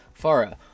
farah